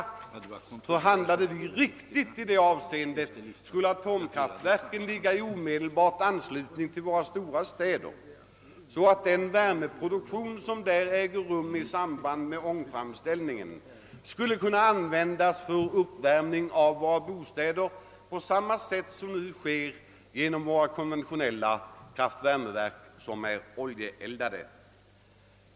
Om vi handlade riktigt i det avseendet skulle atomkraftverken ligga i omedelbar anslutning till våra stora städer, så att den värmeproduktion som där ägde rum i samband med ångframställningen skulle kunna användas för uppvärmning av våra bostäder på samma sätt som nu sker genom våra konventionella kraftvärmeverk vilka är oljeeldade.